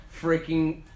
freaking